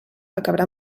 acabarà